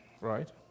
right